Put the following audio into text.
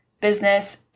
business